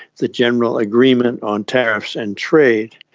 the general agreement on tariffs and trade,